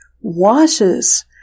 washes